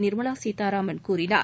நிர்மலா சீத்தாராமன் கூறினார்